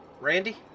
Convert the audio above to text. Randy